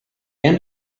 end